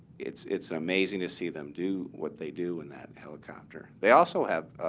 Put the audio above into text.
it's it's amazing to see them do what they do in that helicopter. they also have